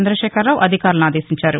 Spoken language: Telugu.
చంద్రశేఖరరావు అధికారులను అదేశించారు